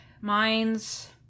mines